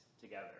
together